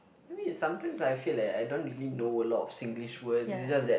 maybe sometimes I feel like I don't really know a lot of Singlish words it's just that